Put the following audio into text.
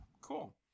cool